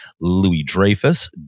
Louis-Dreyfus